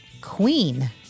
Queen